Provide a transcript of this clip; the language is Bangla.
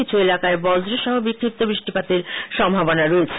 কিছু এলাকায় বজ্র সহ বিষ্ফিপ্ত বৃষ্টিপাতের সম্ভাবনা রয়েছে